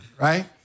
right